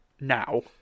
now